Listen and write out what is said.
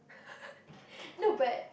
no but